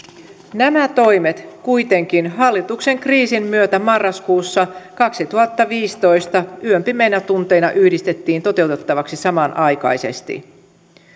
nämä toimet kuitenkin hallituksen kriisin myötä marraskuussa kaksituhattaviisitoista yön pimeinä tunteina yhdistettiin toteutettavaksi samanaikaisesti